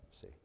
see